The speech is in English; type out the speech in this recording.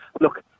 look